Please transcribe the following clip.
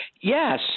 Yes